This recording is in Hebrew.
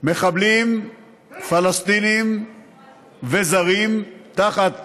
מחבלים פלסטינים וזרים, תחת